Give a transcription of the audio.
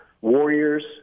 warriors